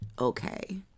okay